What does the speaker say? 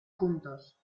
juntos